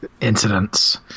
incidents